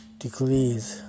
decrease